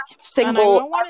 single